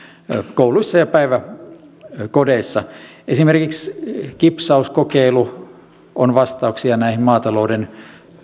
kouluissa ja päiväkodeissa esimerkiksi kipsauskokeilu on vastaus maatalouden